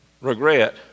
regret